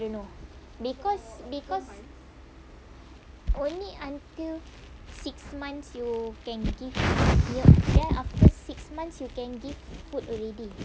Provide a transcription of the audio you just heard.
I don't know because because only until six months you can give milk then after six months you can give food already